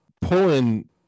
pulling